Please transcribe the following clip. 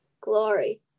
Glory